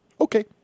Okay